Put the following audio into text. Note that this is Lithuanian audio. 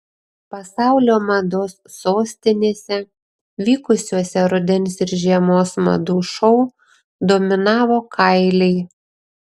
pasaulio mados sostinėse vykusiuose rudens ir žiemos madų šou dominavo kailiai